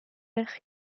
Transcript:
vert